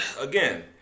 Again